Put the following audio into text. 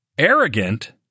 Arrogant